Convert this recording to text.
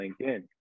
LinkedIn